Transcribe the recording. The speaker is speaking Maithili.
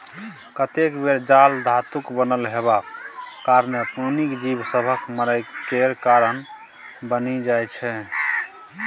कतेक बेर जाल धातुक बनल हेबाक कारणेँ पानिक जीब सभक मरय केर कारण बनि जाइ छै